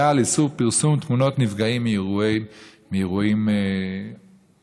לאיסור פרסום תמונות נפגעים מאירועים טרגיים,